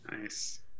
Nice